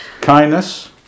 Kindness